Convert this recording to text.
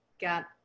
got